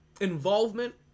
involvement